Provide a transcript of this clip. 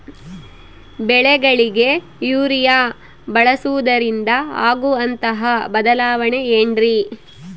ಬೆಳೆಗಳಿಗೆ ಯೂರಿಯಾ ಬಳಸುವುದರಿಂದ ಆಗುವಂತಹ ಬದಲಾವಣೆ ಏನ್ರಿ?